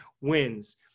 wins